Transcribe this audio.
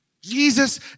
Jesus